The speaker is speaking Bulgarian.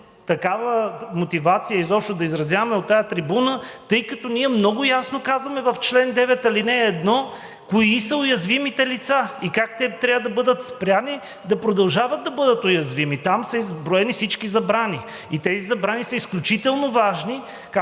такава мотивация изобщо да изразяваме от тази трибуна, тъй като ние много ясно казваме в чл. 9, ал. 1 кои са уязвимите лица и как те трябва да бъдат спрени да продължават да бъдат уязвими. Там са изброени всички забрани. И тези забрани са изключително важни.